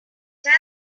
them